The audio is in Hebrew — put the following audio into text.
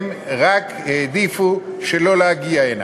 הם רק העדיפו שלא להגיע הנה,